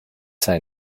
say